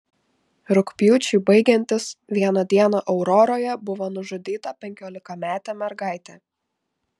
rugpjūčiui baigiantis vieną dieną auroroje buvo nužudyta penkiolikametė mergaitė